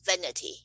vanity